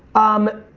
um,